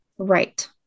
Right